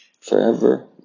forever